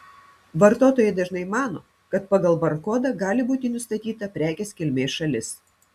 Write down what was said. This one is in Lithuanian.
vartotojai dažnai mano kad pagal barkodą gali būti nustatyta prekės kilmės šalis